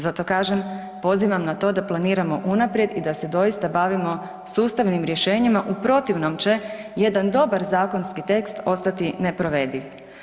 Zato kažem, pozivam na to da planiramo unaprijed i da se doista bavimo sustavnim rješenjima u protivnom će jedan dobar zakonski tekst ostati neprovediv.